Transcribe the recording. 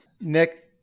Nick